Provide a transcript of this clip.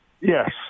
Yes